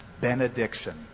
benediction